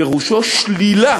פירושו שלילה